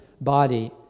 body